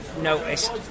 noticed